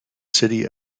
city